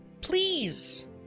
please